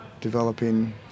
developing